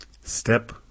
Step